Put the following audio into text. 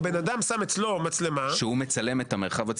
בן אדם שם אצלו מצלמה --- שהוא מצלם את המרחב הציבורי.